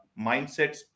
mindsets